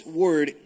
word